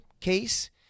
case